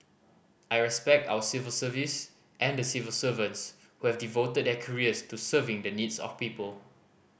I respect our civil service and the civil servants who have devoted their careers to serving the needs of people